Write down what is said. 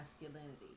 masculinity